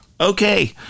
Okay